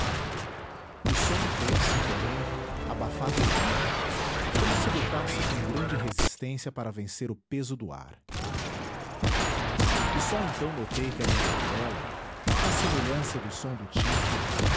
o som fez-se porém abafado e lento como se lutasse com grande resistência para vencer o peso do ar e só então notei que a luz da vela à semelhança do som do tímpano